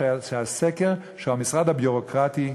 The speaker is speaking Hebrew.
היה סקר שהוא המשרד הביורוקרטי,